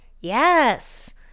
yes